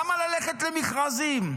למה ללכת למכרזים?